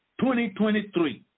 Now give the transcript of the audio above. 2023